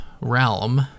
realm